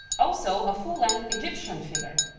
also a full length egyptian figure,